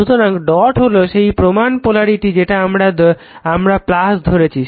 সুতরাং ডট হলো সেই প্রমান পোলারিটি যেটা আমরা ধরেছি